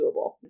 doable